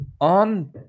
on